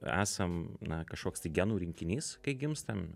esam na kažkoks tai genų rinkinys kai gimstam